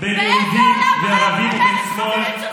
אלה שהולכים להתנגד לחוק